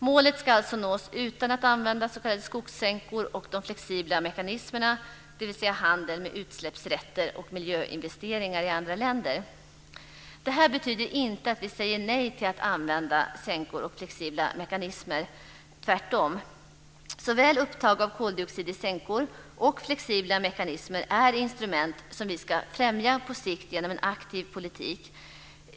Målet ska alltså nås utan att använda skogssänkor och de flexibla mekanismerna, dvs. handeln med utsläppsrätter och miljöinvesteringar i andra länder. Det här betyder inte att vi säger nej till att använda sänkor och flexibla mekanismer, tvärtom. Såväl upptag av koldioxid i sänkor som flexibla mekanismer är instrument som vi på sikt ska främja genom en aktiv politik.